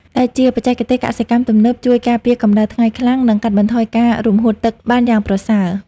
ដែលជាបច្ចេកទេសកសិកម្មទំនើបជួយការពារកម្តៅថ្ងៃខ្លាំង និងកាត់បន្ថយការរំហួតទឹកបានយ៉ាងប្រសើរ។